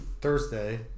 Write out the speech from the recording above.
Thursday